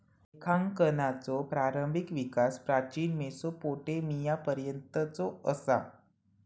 लेखांकनाचो प्रारंभिक विकास प्राचीन मेसोपोटेमियापर्यंतचो असा